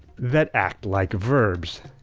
that act like verbs.